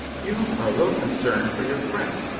you are little concerned for your friend,